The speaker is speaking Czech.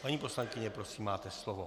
Paní poslankyně, prosím, máte slovo.